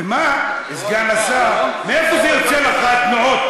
ומה, סגן השר, מאיפה זה יוצא לך, התנועות?